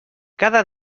cada